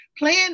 Plan